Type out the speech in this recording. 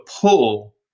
pull